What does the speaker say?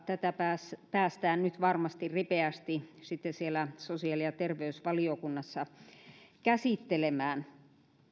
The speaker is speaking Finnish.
tätä päästään nyt varmasti ripeästi siellä sosiaali ja terveysvaliokunnassa käsittelemään